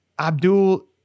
Abdul